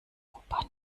europa